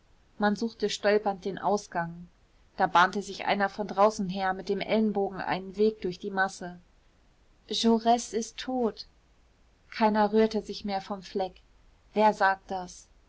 man suchte stolpernd den ausgang da bahnte sich einer von draußen her mit den ellenbogen einen weg durch die masse jaursist tot keiner rührte sich mehr vom fleck wer sagt das